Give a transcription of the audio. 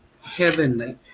heavenly